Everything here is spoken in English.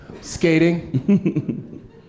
skating